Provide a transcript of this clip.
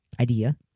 Idea